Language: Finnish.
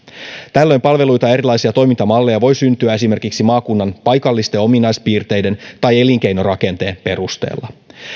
tällöin palveluita ja erilaisia toimintamalleja voi syntyä esimerkiksi maakunnan paikallisten ominaispiirteiden tai elinkeinorakenteen perusteella ja